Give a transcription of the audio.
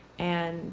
and